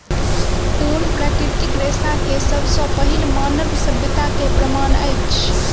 ऊन प्राकृतिक रेशा के सब सॅ पहिल मानव सभ्यता के प्रमाण अछि